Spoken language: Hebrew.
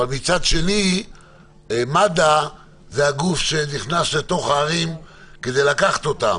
ומצד שני מד"א זה הגוף שנכנס לתוך הערים כדי לקחת אותם.